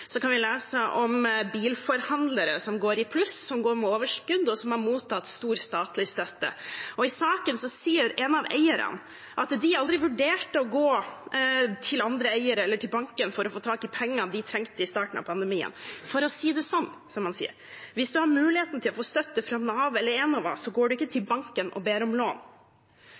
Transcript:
kan vi lese om bilforhandlere som går i pluss – som går med overskudd – og som har mottatt stor statlig støtte. I saken sier en av eierne at de aldri vurderte å gå til andre eiere eller til banken for å få tak i pengene de trengte i starten av pandemien. Han sier: «For å si det sånn, hvis du har muligheten til å få støtte fra Nav eller Enova, så går du ikke til banken og ber om lån.»